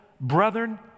brethren